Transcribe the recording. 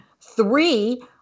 Three